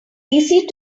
easy